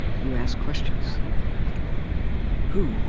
you ask questions like who?